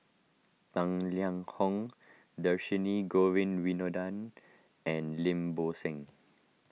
Tang Liang Hong Dhershini Govin Winodan and Lim Bo Seng